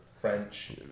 French